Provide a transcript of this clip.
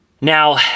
Now